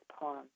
poem